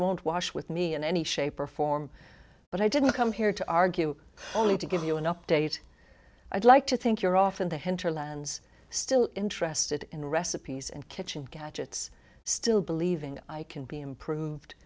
won't wash with me in any shape or form but i didn't come here to argue only to give you an update i'd like to think you're off in the hinterlands still interested in recipes and kitchen gadgets still believing i can be improved